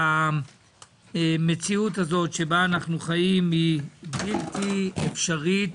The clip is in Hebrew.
המציאות שבה אנחנו חיים בלתי אפשרית,